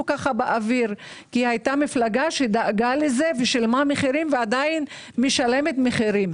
באוויר כי הייתה מפלגה שדאגה לזה ושילמה מחירים ועדיין משלמת מחירים